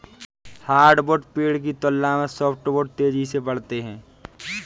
hardwood पेड़ की तुलना में सॉफ्टवुड तेजी से बढ़ते हैं